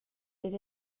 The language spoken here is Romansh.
dad